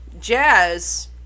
Jazz